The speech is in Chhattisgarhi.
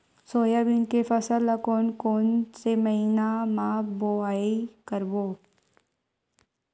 सोयाबीन के फसल ल कोन कौन से महीना म बोआई करबो?